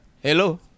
Hello